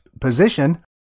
position